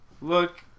look